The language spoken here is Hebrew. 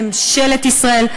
ממשלת ישראל,